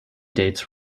dates